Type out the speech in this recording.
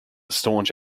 staunch